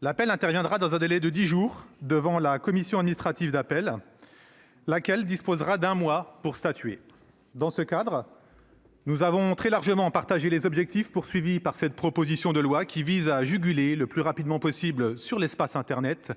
L'appel interviendra dans un délai de dix jours, devant la cour administrative d'appel, laquelle disposera d'un mois pour statuer. Dans ce cadre, nous soutenons les objectifs des auteurs de cette proposition de loi, qui vise à juguler le plus rapidement possible sur l'espace internet